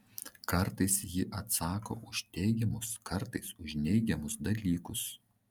kartais ji atsako už teigiamus kartais už neigiamus dalykus